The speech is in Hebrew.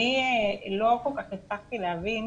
אני לא כל כך הצלחתי להבין